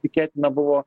tikėtina buvo